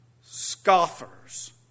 Scoffers